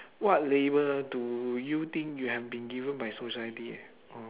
what label do you think you have been given by society oh